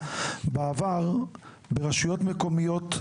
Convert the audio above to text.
בעבר ברשויות מקומיות,